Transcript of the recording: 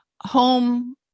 home